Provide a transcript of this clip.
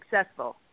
successful